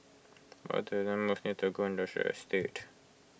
what near Tagore Industrial Estate